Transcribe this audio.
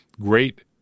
Great